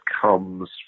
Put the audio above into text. comes